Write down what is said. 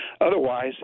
Otherwise